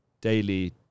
daily